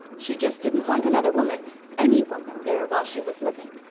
she just didn't want another woman any woman there while she was living.